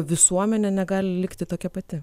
visuomenę negali likti tokia pati